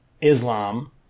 Islam